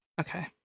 Okay